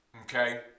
Okay